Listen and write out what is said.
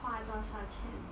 花多少钱